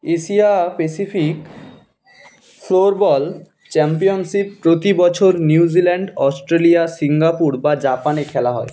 Asia Pacific floor ball championship প্রতি বছর New Zealand Australia Singapore বা জাপানে খেলা হয়